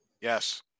Yes